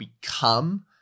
become